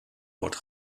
wordt